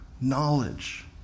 knowledge